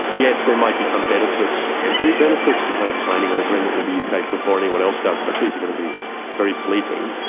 yes, there might be some temporary benefits to kind of signing an agreement with the uk ah before anyone else does, but these are going to be very fleeting.